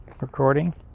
recording